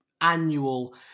annual